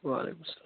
وعلیکُم السلام